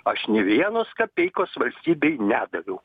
aš ne vienos kapeikos valstybei nedaviau